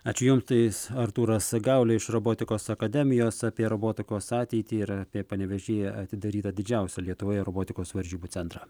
atjungtais artūras gauna iš robotikos akademijos apie robotikos ateitį yra apie panevėžyje atidaryta didžiausia lietuvoje robotikos varžybų centrą